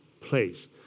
place